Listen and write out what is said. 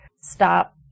stop